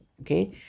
okay